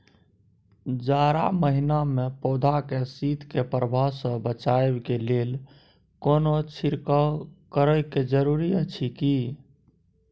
जारा महिना मे पौधा के शीत के प्रभाव सॅ बचाबय के लेल कोनो छिरकाव करय के जरूरी अछि की?